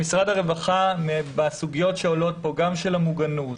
משרד הרווחה בסוגיות שעולות פה: גם של המוגנות,